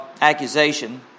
accusation